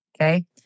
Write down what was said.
Okay